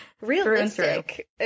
Realistic